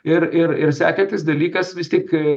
ir ir ir sekantis dalykas vis tik